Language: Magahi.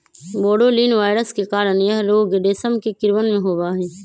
बोरोलीना वायरस के कारण यह रोग रेशम के कीड़वन में होबा हई